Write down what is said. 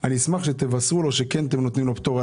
ואני אשמח שתבשרו לו שאתם נותנים לו פטור.